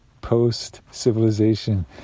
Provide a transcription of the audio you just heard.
post-civilization